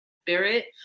spirit